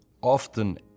often